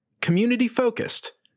Community-focused